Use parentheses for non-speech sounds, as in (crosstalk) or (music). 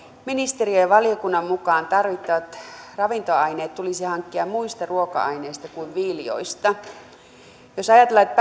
ministeriön ja valiokunnan mukaan tarvittavat ravintoaineet tulisi hankkia muista ruoka aineista kuin viljoista kun ajatellaan että (unintelligible)